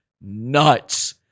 nuts